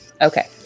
Okay